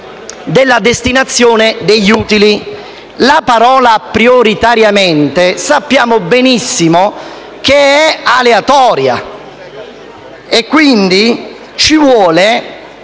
della destinazione degli utili. La parola «prioritariamente» sappiamo benissimo che è aleatoria; quindi ci vuole